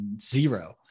Zero